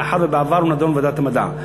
מאחר שבעבר הוא נדון בוועדת המדע.